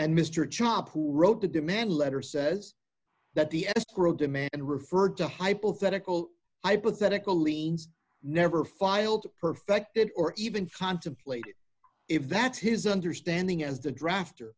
and mr chopper wrote a demand letter says that the escrow demand referred to hypothetical hypothetical liens never filed perfected or even contemplated if that's his understanding as the draft